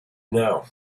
now